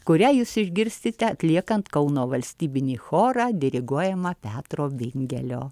kurią jūs išgirsite atliekant kauno valstybinį chorą diriguojamą petro bingelio